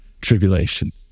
tribulation